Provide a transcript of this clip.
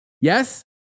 Yes